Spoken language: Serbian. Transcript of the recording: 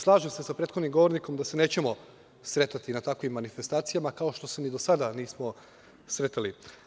Slažem se sa prethodnim govornikom da se nećemo sretati na takvim manifestacijama, kao što se ni do sada nismo sretali.